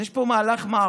אז יש פה מהלך מערכתי.